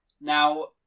Now